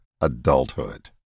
adulthood